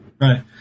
Right